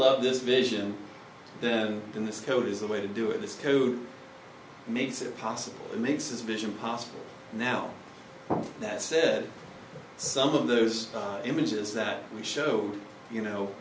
love this vision then then this code is the way to do it this makes it possible makes his vision possible now that said some of those images that we show you know